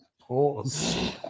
Pause